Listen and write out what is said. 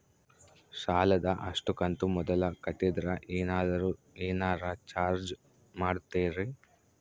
ಸಾಲದ ಅಷ್ಟು ಕಂತು ಮೊದಲ ಕಟ್ಟಿದ್ರ ಏನಾದರೂ ಏನರ ಚಾರ್ಜ್ ಮಾಡುತ್ತೇರಿ?